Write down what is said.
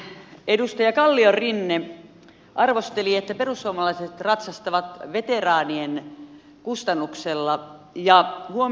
noin puolitoista tuntia sitten edustaja kalliorinne arvosteli että perussuomalaiset ratsastavat veteraanien kustannuksella